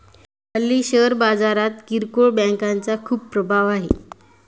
हल्ली शेअर बाजारात किरकोळ बँकांचा खूप प्रभाव आहे